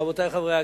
רבותי חברי הכנסת,